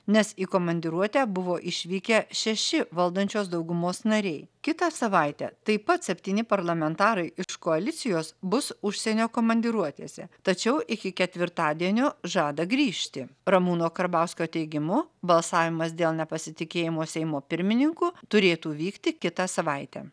nes į komandiruotę buvo išvykę šeši valdančios daugumos nariai kitą savaitę taip pat septyni parlamentarai iš koalicijos bus užsienio komandiruotėse tačiau iki ketvirtadienio žada grįžti ramūno karbauskio teigimu balsavimas dėl nepasitikėjimo seimo pirmininku turėtų vykti kitą savaitę